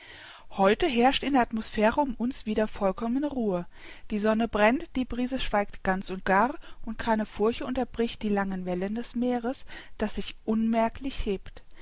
heute herrscht in der atmosphäre um uns wieder vollkommene ruhe die sonne brennt die brise schweigt ganz und gar und keine furche unterbricht die langen wellen des meeres das sich unmerklich hebt